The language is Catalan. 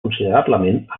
considerablement